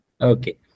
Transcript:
Okay